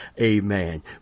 Amen